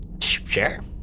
Sure